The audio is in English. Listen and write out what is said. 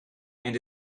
and